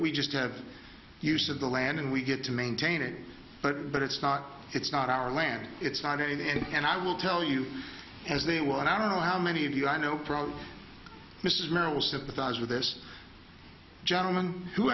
we just have use of the land and we get to maintain it but but it's not it's not our land it's not any and i will tell you as they will and i don't know how many of you i know probably mrs merrill sympathize with this gentleman who